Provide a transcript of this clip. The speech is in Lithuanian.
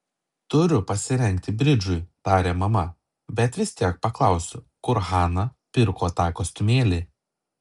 turiu pasirengti bridžui tarė mama bet vis tiek paklausiu kur hana pirko tą kostiumėlį